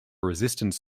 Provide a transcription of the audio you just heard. resistance